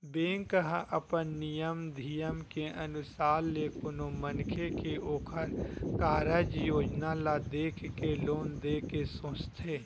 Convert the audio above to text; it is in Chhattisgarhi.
बेंक ह अपन नियम धियम के अनुसार ले कोनो मनखे के ओखर कारज योजना ल देख के लोन देय के सोचथे